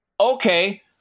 okay